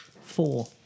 four